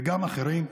וגם אחרים,